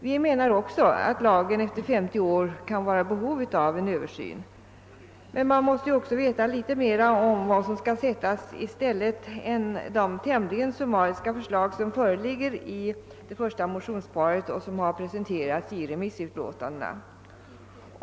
Vi menar också att lagen efter 50 år kan vara i behov av en Översyn. Men man måste också veta litet mer om vad som skall sättas i stället än det tämligen summariska förslag som föreligger i motionerna I: 25 och II: 27 och som presenterats i remissutlåtandena.